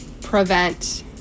prevent